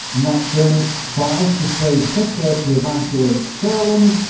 and that donitz tried to persuade hitler to evacuate courland.